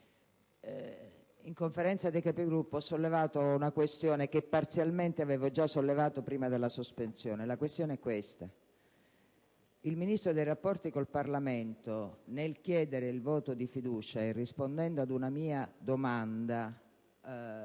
in Conferenza dei Capigruppo ho sollevato una questione che parzialmente avevo già posto prima della sospensione. La questione è la seguente: il Ministro per i rapporti con il Parlamento, nel chiedere il voto di fiducia e rispondendo ad una mia domanda,